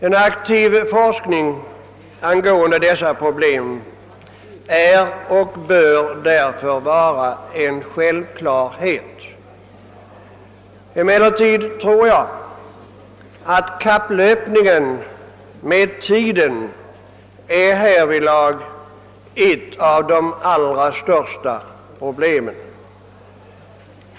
En aktiv forskning om dessa problem är och bör därför vara en självklarhet. Emellertid tror jag att kapplöpningen med tiden härvidlag är ett av de allra största problemen.